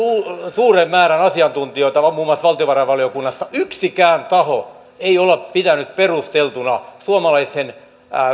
suuren määrän asiantuntijoita muun muassa valtiovarainvaliokunnassa yksikään taho ei ole pitänyt perusteltuna suomalaisen